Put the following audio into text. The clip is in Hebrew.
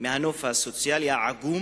מהנוף הסוציאלי העגום